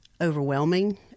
overwhelming